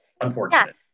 unfortunate